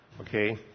Okay